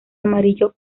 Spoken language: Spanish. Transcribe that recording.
amarillo